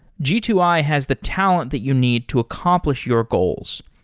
g two i has the talent that you need to accomplish your goals.